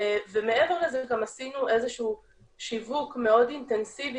ומעבר לזה גם עשינו איזה שהוא שיווק מאוד אינטנסיבי